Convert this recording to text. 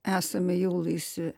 esame jau laisvi